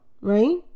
right